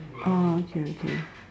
oh okay okay